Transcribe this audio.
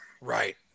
Right